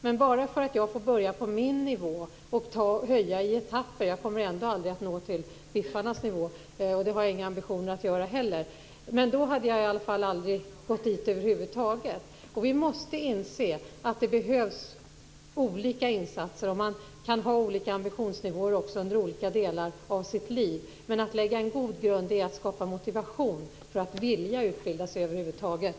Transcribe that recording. Men jag får börja på min nivå och höja i etapper; annars hade jag aldrig gått dit över huvud taget. Jag kommer naturligtvis aldrig att nå upp till biffarnas nivå, och det har jag inga ambitioner att göra heller. Vi måste inse att det behövs olika insatser och att man kan ha olika ambitionsnivåer också under olika delar av sitt liv. Att lägga en god grund är att skapa motivation för att utbilda sig över huvud taget.